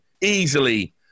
Easily